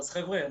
אז חבר'ה,